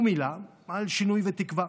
ומילה על שינוי ותקווה.